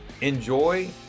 enjoy